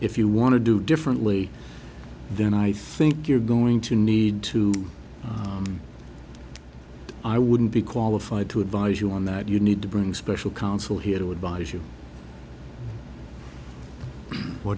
if you want to do differently then i think you're going to need to i wouldn't be qualified to advise you on that you need to bring special counsel here to advise you